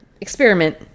experiment